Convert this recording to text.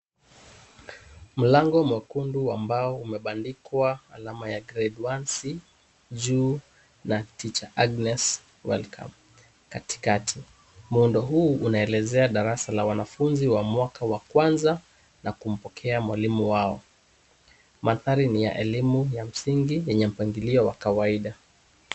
Mlango mwekundu wa mbao umebandikwa alama ya grade 1 c juu na teacher Agnes welcome katikati. Muundo huu unaelezea wanafunzi wa darasa la mwaka wa kwanza na kumpokea mwalimu wao. Maanthari ni ya elimu ya msingi mpangilio wa kawaida